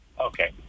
Okay